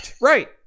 right